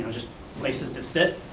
and just places to sit,